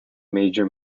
major